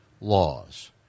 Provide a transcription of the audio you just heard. laws